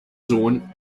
sohn